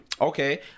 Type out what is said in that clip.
Okay